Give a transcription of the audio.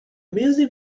music